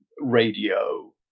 radio